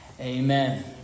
Amen